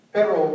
Pero